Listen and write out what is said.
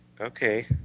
Okay